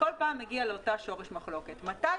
וכל פעם מגיעים לאותו שורש מחלוקת: מתי